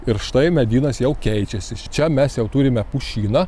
ir štai medynas jau keičiasi čia mes jau turime pušyną